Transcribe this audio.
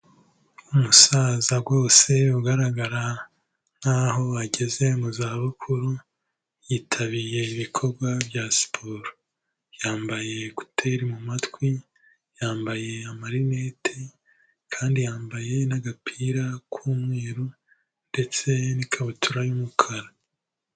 Umusaza rwose ugaragara nkaho ageze mu zabukuru, yitabiye ibikorwa bya siporo, yambaye ekuteri mu matwi, yambaye amarinete kandi yambaye n'agapira k'umweru ndetse n'ikabutura y'umukara.